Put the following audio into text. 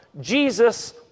Jesus